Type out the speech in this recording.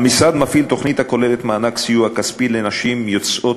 המשרד מפעיל תוכנית הכוללת מענק סיוע כספי לנשים יוצאות